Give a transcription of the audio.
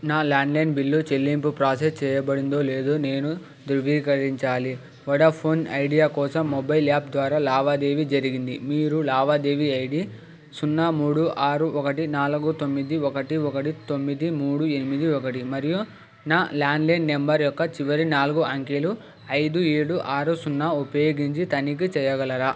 నా landline bill చెల్లింపు process చెయ్యబడిందో లేదో నేను ధృవీకరించాలి వోడాఫోన్ ఐడియా కోసం మొబైల్ యాప్ ద్వారా లావాదేవీ జరిగింది మీరు లావాదేవీ ఐడి ఇసున్నాను మూడు ఆరు ఒకటి నాలుగు తొమ్మిది ఒకటి ఒకటి తొమ్మిది మూడు ఎనిమిది ఒకటి మరియు నా ల్యాండ్లైన్ నంబర్ యొక్క చివరి నాలుగు అంకెలు ఐదు ఏడు ఆరు సున్నా ఉపయోగించి తనిఖీ చెయ్యగలరా